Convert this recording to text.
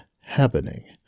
happening